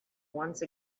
once